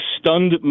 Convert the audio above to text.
stunned